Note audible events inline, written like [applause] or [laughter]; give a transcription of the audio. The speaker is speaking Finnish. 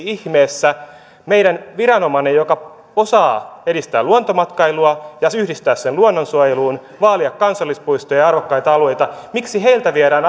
[unintelligible] ihmeessä meidän viranomaiseltamme joka osaa edistää luontomatkailua ja yhdistää sen luonnonsuojeluun vaalia kansallispuistoja ja arvokkaita alueita viedään [unintelligible]